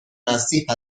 مسیح